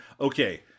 okay